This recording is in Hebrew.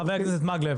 חבר הכנסת מקלב,